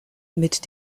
mit